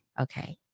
okay